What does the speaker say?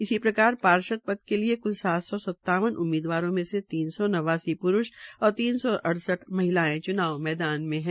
इसी प्रकार पार्षद पर के लिए क्ल सात सौ सतावन उम्मीदवारों मे से तीन सौ नवासी प्रूष और तीन सौ अड़सठ महिलायें च्नाव मैदान में है